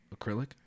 Acrylic